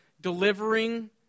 delivering